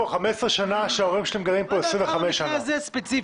מה דעתך על המקרה הזה ספציפית?